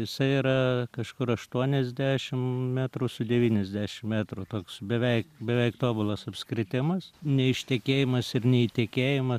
jisai yra kažkur aštuoniasdešim metrų su devyniasdešim metrų toks beveik beveik tobulas apskritimas ne ištekėjimas ir ne įtekėjimas